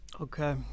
okay